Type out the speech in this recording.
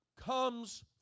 comes